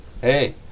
hey